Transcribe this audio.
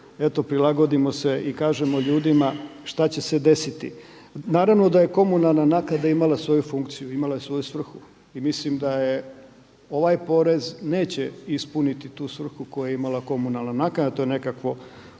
prilagodimo se i kažemo ljudima što će se desiti. Naravno da je komunalna naknada imala svoju funkciju, imala je svoju svrhu i mislim da ovaj porez neće ispuniti tu svrhu koju je imala komunalna naknada, to je nekakvo